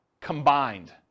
combined